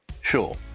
Sure